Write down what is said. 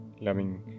loving